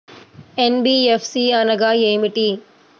NBFC అనగా ఏమిటీ?